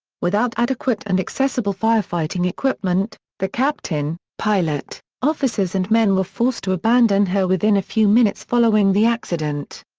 without adequate and accessible firefighting equipment, the captain, pilot, officers and men were forced to abandon her within a few minutes following the accident.